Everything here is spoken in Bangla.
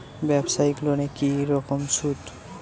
ব্যবসায়িক লোনে কি রকম সুদ?